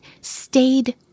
stayed